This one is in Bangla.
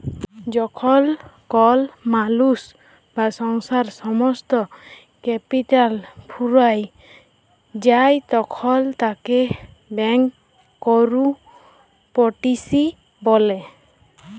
যখল কল মালুস বা সংস্থার সমস্ত ক্যাপিটাল ফুরাঁয় যায় তখল তাকে ব্যাংকরূপটিসি ব্যলে